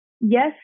yes